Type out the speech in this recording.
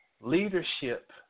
Leadership